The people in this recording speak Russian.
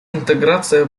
интеграция